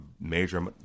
major